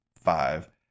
five